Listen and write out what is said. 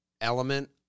element